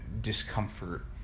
discomfort